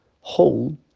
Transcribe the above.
hold